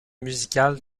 musical